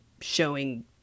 showing